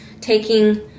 taking